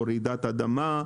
או רעידת אדמה,